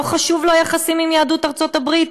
לא חשובים לו עם היחסים עם יהדות ארצות הברית?